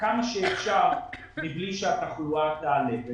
כמה שאפשר מבלי שהתחלואה תעלה.